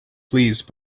please